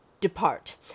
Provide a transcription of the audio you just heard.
depart